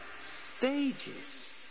stages